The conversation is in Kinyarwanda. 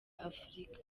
afurika